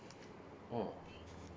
mm